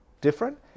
different